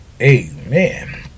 amen